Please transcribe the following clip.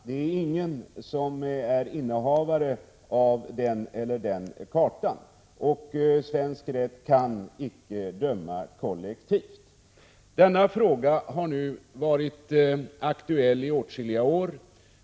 Det är ingen som erkänner sig vara innehavare av den ena eller den andra kartan, och svensk rätt kan icke döma kollektivt. Denna fråga har nu varit aktuell i åtskilliga år.